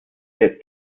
sehr